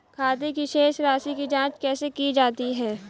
खाते की शेष राशी की जांच कैसे की जाती है?